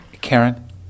Karen